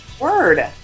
Word